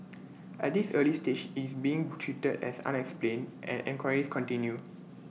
at this early stage it's being treated as unexplained and enquiries continue